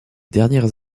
dernières